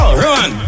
run